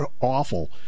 awful